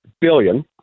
billion